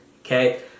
Okay